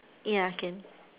ya can